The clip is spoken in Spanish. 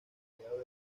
mediados